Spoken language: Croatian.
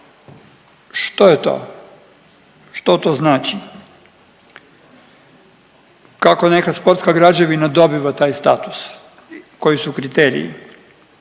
Što je to? Što to znači? Kako neka sportska građevina dobiva taj status i koji su kriteriji?